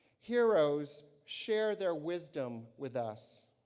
heroes share their wisdom with us,